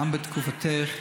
גם בתקופתך,